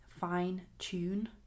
fine-tune